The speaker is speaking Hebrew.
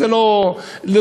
זה לא נתניה,